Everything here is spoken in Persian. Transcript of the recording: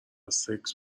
سکس